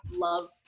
love